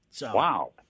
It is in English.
Wow